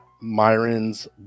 Myron's